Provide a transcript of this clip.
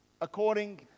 according